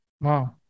Wow